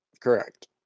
Correct